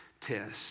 test